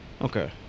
Okay